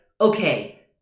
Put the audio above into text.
okay